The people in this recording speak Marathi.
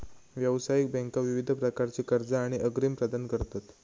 व्यावसायिक बँका विविध प्रकारची कर्जा आणि अग्रिम प्रदान करतत